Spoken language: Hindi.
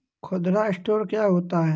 खुदरा स्टोर क्या होता है?